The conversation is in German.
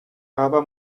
aber